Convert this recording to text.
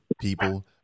people